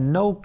no